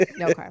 Okay